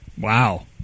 Wow